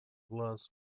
глаз